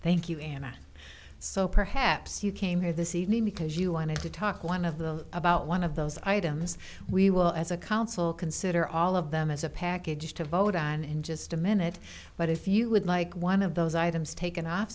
thank you ana so perhaps you came here this evening because you wanted to talk one of the about one of those items we will as a council consider all of them as a package to vote on in just a minute but if you would like one of those items taken off